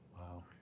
Wow